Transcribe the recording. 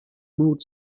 mood